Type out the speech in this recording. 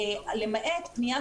אני חושבת שזה משרת את כולם.